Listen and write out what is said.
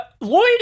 Lloyd